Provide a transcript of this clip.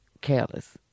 careless